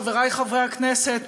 חברי חברי הכנסת,